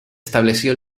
estableció